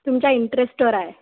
तुमच्या इंटरेस्ट वर आहे